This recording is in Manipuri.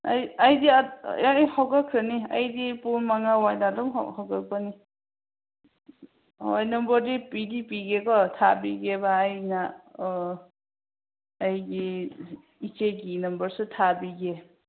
ꯑꯩ ꯑꯩꯗꯤ ꯑꯩ ꯍꯧꯒꯠꯈ꯭ꯔꯅꯤ ꯑꯩꯗꯤ ꯄꯨꯡ ꯃꯉꯥ ꯋꯥꯏꯗ ꯑꯗꯨꯝ ꯍꯧꯒꯠꯄꯅꯤ ꯍꯣꯏ ꯅꯝꯕꯔꯗꯤ ꯄꯤꯗꯤ ꯄꯤꯒꯦꯕ ꯀꯣ ꯊꯕꯤꯒꯦꯕ ꯑꯩꯅ ꯑꯩꯒꯤ ꯏꯆꯦꯒꯤ ꯅꯝꯕꯔꯁꯨ ꯊꯥꯕꯤꯒꯦ